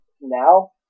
now